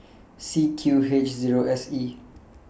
C Q H Zero S E